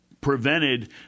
prevented